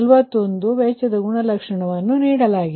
18 Pg1 41 ವೆಚ್ಚದ ಗುಣಲಕ್ಷಣವನ್ನು ನೀಡಲಾಗಿದೆ